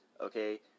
okay